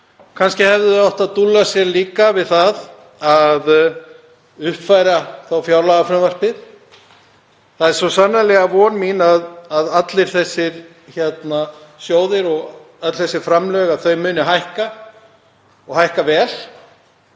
Kannski hefðu þau átt að dúlla sér líka við það að uppfæra þá fjárlagafrumvarpið. Það er svo sannarlega von mín að allir þessir sjóðir og öll þessi framlög muni hækka og hækka vel.